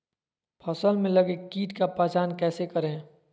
फ़सल में लगे किट का पहचान कैसे करे?